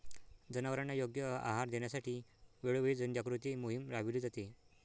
जनावरांना योग्य आहार देण्यासाठी वेळोवेळी जनजागृती मोहीम राबविली जाते